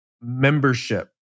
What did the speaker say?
membership